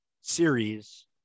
series